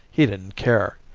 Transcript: he didn't care.